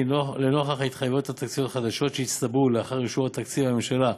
כי לנוכח התחייבויות תקציביות חדשות שהצטברו לאחר אישור התקציב בממשלה,